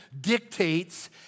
dictates